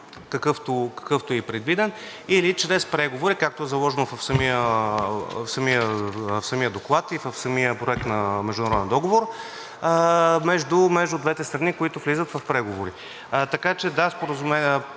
какъвто е предвиден, или чрез преговори, както е заложено в самия доклад и в самия проект на международен договор между двете страни, които влизат в преговори.